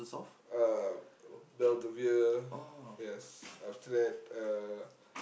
uh Belvoir yes after that uh